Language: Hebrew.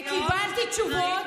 וקיבלתי תשובות.